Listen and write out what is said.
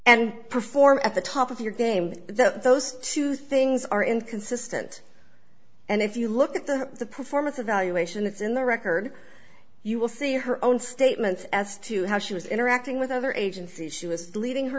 and perform at the top of your game that those two things are inconsistent and if you look at the the performance evaluation that's in the record you will see her own statements as to how she was interacting with other agencies she was leading her